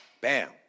Bam